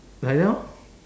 like that lor